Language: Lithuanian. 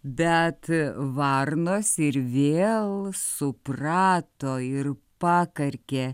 bet varnos ir vėl suprato ir pakarkė